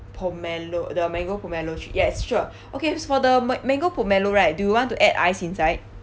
pomelo the mango pomelo yes sure okay for the man~ mango pomelo right do you want to add ice inside